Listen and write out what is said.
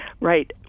Right